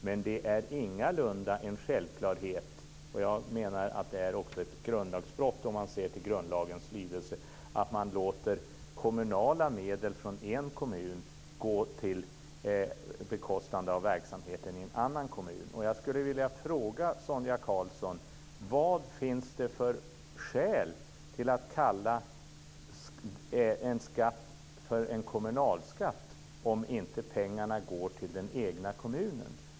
Men det är ingalunda en självklarhet - jag menar också att det är ett grundlagsbrott om man ser till grundlagens lydelse - att man låter kommunala medel från en kommun bekosta verksamhet i en annan kommun. Vilka skäl finns det för att kalla en skatt för en kommunalskatt om pengarna inte går till den egna kommunen?